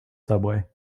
subway